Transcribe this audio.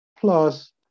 plus